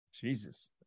Jesus